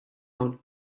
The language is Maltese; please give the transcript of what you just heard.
hawn